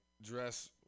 dress